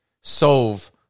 solve